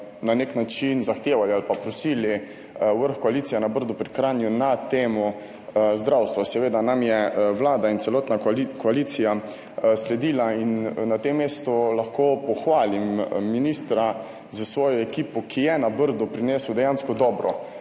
na nek način zahtevali ali pa prosili vrh koalicije na Brdu pri Kranju na temo zdravstva. Seveda nam je Vlada in celotna koalicija sledila. In na tem mestu lahko pohvalim ministra s svojo ekipo, ki je na Brdu prinesel dejansko dobro